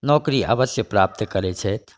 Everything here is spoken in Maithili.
नौकरी अवश्य प्राप्त करैत छथि